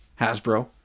Hasbro